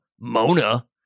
Mona